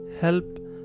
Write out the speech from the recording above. help